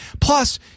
Plus